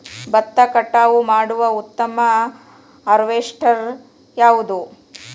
ಭತ್ತ ಕಟಾವು ಮಾಡುವ ಉತ್ತಮ ಹಾರ್ವೇಸ್ಟರ್ ಯಾವುದು?